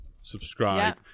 subscribe